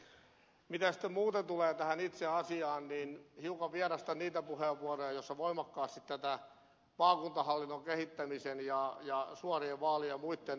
mitä sitten muuten tulee tähän itse asiaan niin hiukan vierastan niitä puheenvuoroja joissa voimakkaasti maakuntahallinnon kehittämisen ja suorien vaalien ja muitten nimeen vannotaan